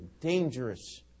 dangerous